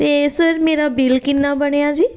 ਅਤੇ ਸਰ ਮੇਰਾ ਬਿੱਲ ਕਿੰਨਾਂ ਬਣਿਆ ਜੀ